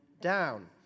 down